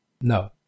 No